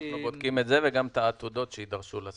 אנחנו בודקים את זה וגם את העתודות שיידרשו לזה.